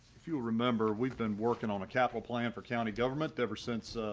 if you remember, we've been working on a capital plan for county government ever since.